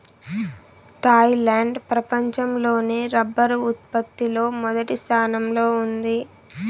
Thailand ప్రపంచం లోనే rubber ఉత్పత్తి లో మొదటి స్థానంలో ఉంది